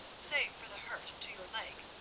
save for the hurt to your leg,